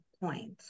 point